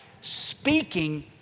speaking